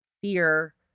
fear